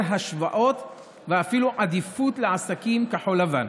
השוואות ואפילו עדיפות לעסקים כחול-לבן.